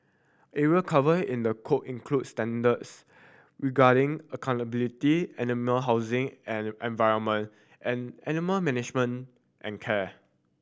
area covered in the code include standards regarding accountability animal housing and environment and animal management and care